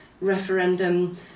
referendum